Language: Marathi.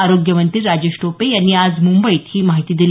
आरोग्यमंत्री राजेश टोपे यांनी आज मुंबईत ही माहिती दिली